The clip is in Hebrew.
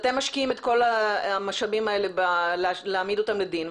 אתם משקיעים את כל המשאבים האלה בלהעמיד אותם לדין,